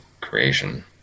creation